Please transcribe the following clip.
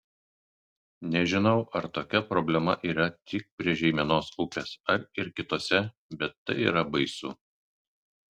nežinau ar tokia problema yra tik prie žeimenos upės ar ir kitose bet tai yra baisu